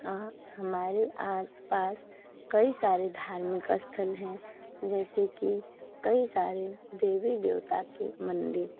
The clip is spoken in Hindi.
हाँ हमारे आस पास कई सारे धार्मिक स्थल हैं जैसे कि कई सारे देवी देवता के मंदिर